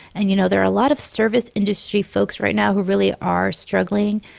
and, you know, there are a lot of service industry folks right now who really are struggling.